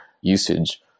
usage